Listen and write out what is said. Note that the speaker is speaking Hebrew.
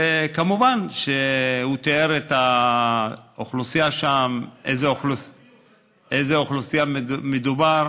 כמובן שהוא תיאר את האוכלוסייה שם ובאיזו אוכלוסייה מדובר,